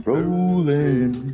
Rolling